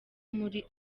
muri